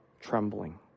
trembling